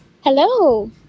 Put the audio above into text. hello